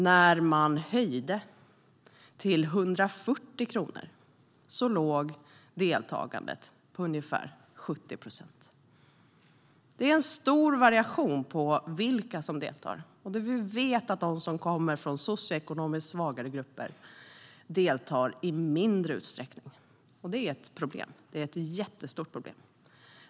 När man höjde avgiften till 140 kronor låg deltagandet på ungefär 70 procent. Vilka som deltar varierar stort, och vi vet att de som kommer från socioekonomiskt svagare grupper deltar i mindre utsträckning. Det är ett jättestort problem.